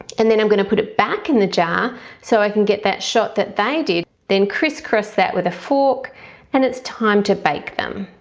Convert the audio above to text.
and then i'm going to put it back in the jar so i can get that shot that they did. then crisscross that with a fork and it's time to bake them.